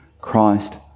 Christ